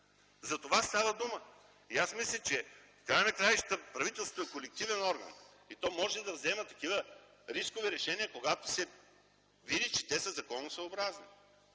Затова става дума. И аз мисля, че правителството е колективен орган и то може да взема такива рискови решения, когато се види, че те са законосъобразни.